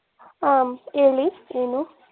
ಆಂ ಹೇಳಿ ಏನು